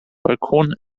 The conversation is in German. balkon